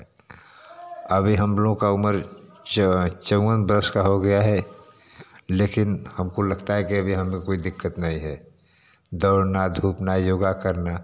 अभी हम लोग का उमर चौवन बरस का हो गया है लेकिन हमको लगता है कि अभी हमें कोई दिक्कत नहीं है दौड़ना धूपना योग करना